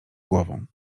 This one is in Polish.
głową